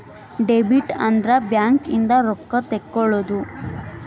debit ಅಂದ್ರ bank ಇಂದ ರೊಕ್ಕ ತೆಕ್ಕೊಳೊದು